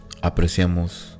apreciamos